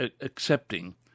accepting